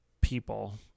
people